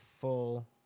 full